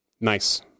Nice